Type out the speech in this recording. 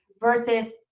versus